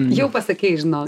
jau pasakei žinok